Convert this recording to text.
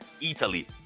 Italy